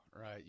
right